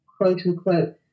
quote-unquote